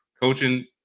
coaching